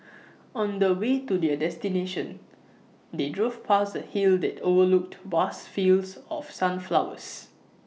on the way to their destination they drove past A hill that overlooked vast fields of sunflowers